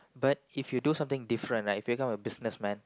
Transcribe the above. but if you do something different right become a business man